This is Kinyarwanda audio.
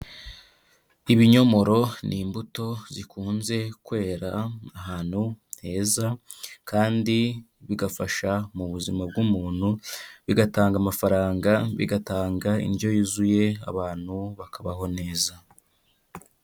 Ibinyomoro ni imbuto zikunze kwera ahantu heza, kandi bigafasha mu buzima bw'umuntu, bigatanga amafaranga, bigatanga indyo yuzuye abantu bakabaho neza.